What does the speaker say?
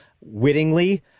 wittingly